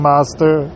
Master